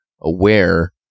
aware